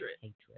hatred